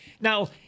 Now